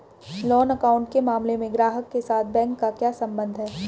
Loan account के मामले में ग्राहक के साथ बैंक का क्या संबंध है?